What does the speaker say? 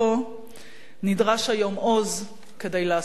נדרש היום עוז כדי לעשות שלום.